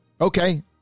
Okay